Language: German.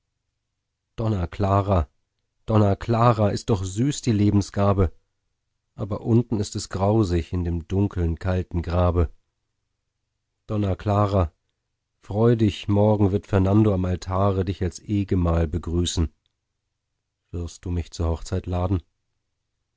donna clara donna clara ist doch süß die lebensgabe aber unten ist es grausig in dem dunkeln kalten grabe donna clara freu dich morgen wird fernando am altare dich als ehgemahl begrüßen wirst du mich zur hochzeit laden